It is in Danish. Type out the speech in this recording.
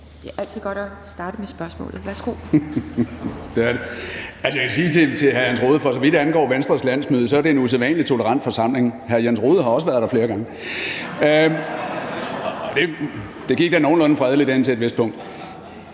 Det er altid godt at starte med spørgsmålet. Værsgo. Kl. 10:39 Jakob Ellemann-Jensen (V): Jeg kan sige til hr. Jens Rohde, at for så vidt angår Venstres landsmøde, er det en usædvanlig tolerant forsamling. Hr. Jens Rohde har også været der flere gange. (Munterhed i salen).Ogdet gik da nogenlunde fredeligt indtil et vist punkt.